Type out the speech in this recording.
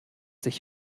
sich